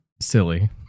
silly